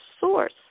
source